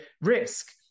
risk